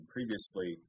Previously